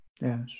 yes